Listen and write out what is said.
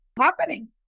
happening